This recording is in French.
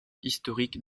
historiques